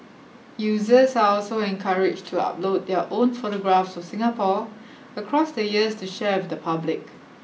users are also encouraged to upload their own photographs of Singapore across the years to share with the public